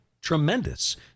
Tremendous